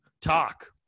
talk